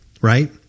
right